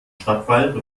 stadtwald